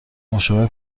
مشاوره